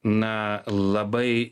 na labai